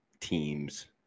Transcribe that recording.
teams